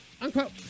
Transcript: unquote